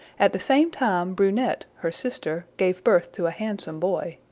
at the same time brunette, her sister, gave birth to a handsome boy.